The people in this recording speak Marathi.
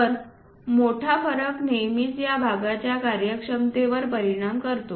तर मोठा फरक नेहमीच या भागांच्या कार्यक्षमतेवर परिणाम करतो